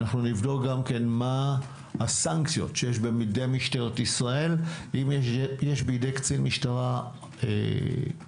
נבדוק גם מה הסנקציות שיש בידי משטרת ישראל ואם יש בידי קצין משטרה אישור